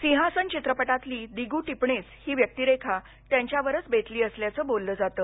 सिंहासन चित्रपटातली दिगू टिपणिस ही व्यक्तीरेखा त्यांच्यावरच बेतली असल्याचं बोललं जातं